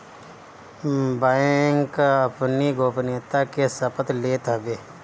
bank अपनी गोपनीयता के शपथ लेत हवे